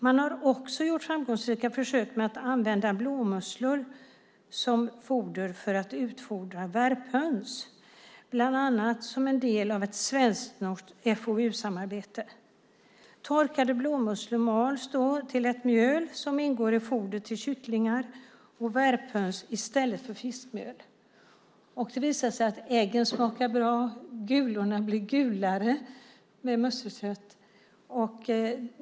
Man har också gjort framgångsrika försök med att använda blåmusslor som foder för att utfodra värphöns, bland annat som en del i ett svensk-norskt FoU-samarbete. Torkade blåmusslor mals till ett mjöl som ingår i fodret till kycklingar och värphöns i stället för fiskmjöl. Det visar sig att äggen smakar bra och att gulorna blir gulare med musselkött.